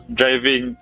driving